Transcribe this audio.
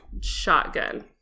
shotgun